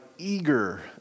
eager